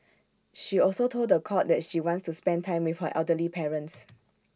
she also told The Court that she wants to spend time with her elderly parents